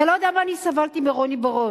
אתה לא יודע מה אני סבלתי מרוני בר-און.